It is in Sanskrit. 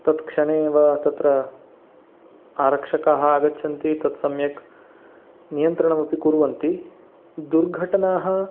तत्क्षणे एव तत्र आरक्षकाः आगच्छन्ति तत् सम्यक् नियन्त्रणमपि कुर्वन्ति दुर्घटनाः